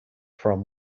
from